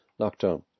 lockdown